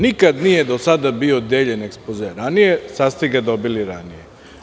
Nikada nije do sada bilo deljen ekspoze ranije, sada ste ga dobili ranije.